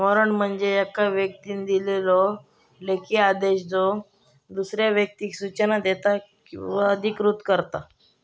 warrant म्हणजे येका व्यक्तीन दिलेलो लेखी आदेश ज्यो दुसऱ्या व्यक्तीक सूचना देता किंवा अधिकृत करता